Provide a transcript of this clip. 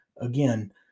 again